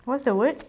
what's the word